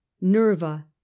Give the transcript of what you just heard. Nerva